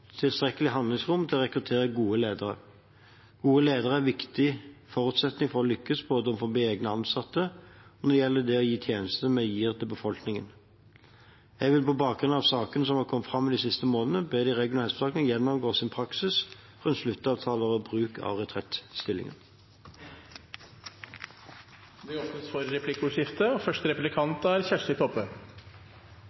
tilstrekkelig handlingsrom til å rekruttere gode ledere. Gode ledere er en viktig forutsetning for å lykkes – både overfor egne ansatte og når det gjelder det å gi tjenester til befolkningen. Jeg vil på bakgrunn av sakene som har kommet fram de siste månedene, be de regionale helseforetakene gjennomgå sin praksis rundt sluttavtaler og bruk av retrettstillinger. Det blir replikkordskifte. Det var vel slik at statsråden òg bad helseføretaka gjennomgå praksisen sin for